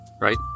right